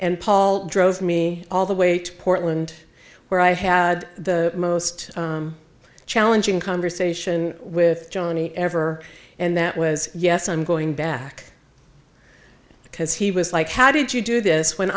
and paul drove me all the way to portland where i had the most challenging conversation with johnny ever and that was yes i'm going back because he was like how did you do this when